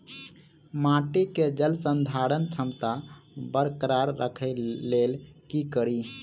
माटि केँ जलसंधारण क्षमता बरकरार राखै लेल की कड़ी?